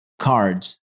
Cards